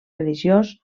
religiós